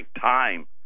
time